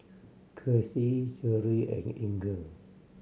Kelsi Cherrie and Inger